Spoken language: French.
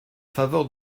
faveur